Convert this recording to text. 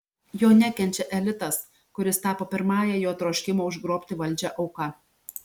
jo nekenčia elitas kuris tapo pirmąja jo troškimo užgrobti valdžią auka